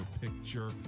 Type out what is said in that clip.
picture